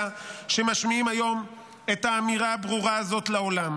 שמשמיעים היום את האמירה הברורה הזאת לעולם,